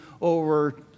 over